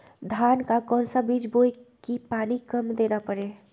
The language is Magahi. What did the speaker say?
धान का कौन सा बीज बोय की पानी कम देना परे?